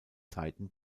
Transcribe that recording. zeiten